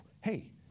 hey